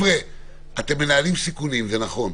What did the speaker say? אתם מנהלים סיכונים, זה נכון.